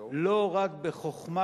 לא רק בחוכמה,